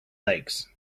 lakes